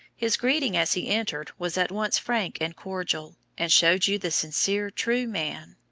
his greeting as he entered, was at once frank and cordial, and showed you the sincere true man.